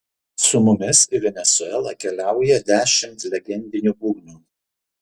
su mumis į venesuelą keliauja dešimt legendinių būgnų